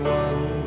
one